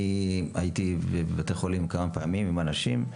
אני הייתי בבתי חולים כמה פעמים עם אנשים,